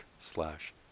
slash